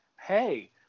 hey